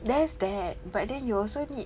there's that but then you also need